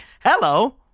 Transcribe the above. hello